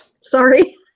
sorry